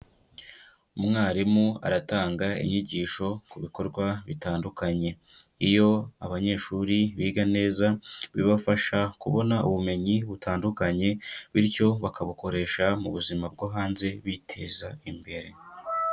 Umwarimu aratanga inyigisho ku bikorwa bitandukanye. Iyo abanyeshuri biga neza, bibafasha kubona ubumenyi butandukanye. Bityo bakabukoresha mu buzima bwo hanze biteza imbere.